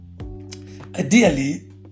Ideally